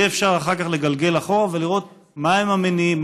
יהיה אפשר אחר כך לגלגל אחורה ולראות מהם המניעים,